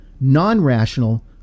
non-rational